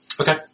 Okay